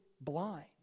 blind